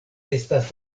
estas